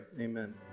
amen